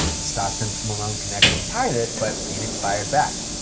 the stockton-to-malone connection tied it, but phoenix fired back.